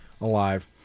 alive